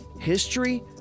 history